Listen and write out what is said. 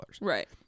Right